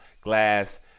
glass